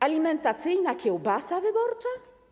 Alimentacyjna kiełbasa wyborcza.